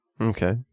Okay